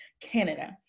Canada